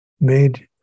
made